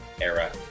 era